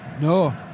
No